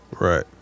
Right